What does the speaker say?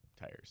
tires